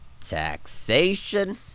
Taxation